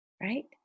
Right